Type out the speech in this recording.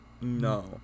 No